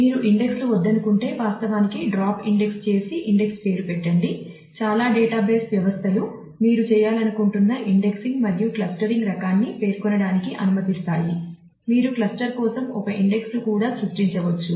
మీకు ఇండెక్స్ లు వద్దనుకుంటే వాస్తవానికి డ్రాప్ ఇండెక్స్ కోసం ఇండెక్స్ ను సృష్టించవచ్చు